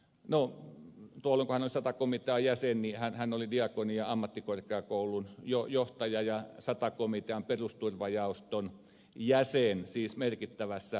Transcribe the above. nolla alkaneessa tai oli tuolloin kun hän oli sata komitean jäsen diakonia ammattikorkeakoulun johtaja ja sata komitean perusturvajaoston jäsen siis merkittävässä asemassa